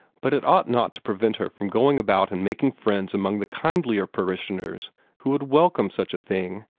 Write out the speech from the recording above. but it ought not to prevent her from going about and making friends among the kindlier parishioners who would welcome such a thing,